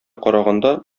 караганда